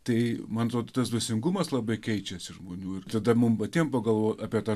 tai man atrodo tas dvasingumas labai keičiasi žmonių ir tada mum patiem pagalvo apie tą